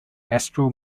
astral